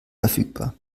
verfügbar